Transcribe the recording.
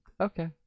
Okay